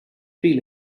feel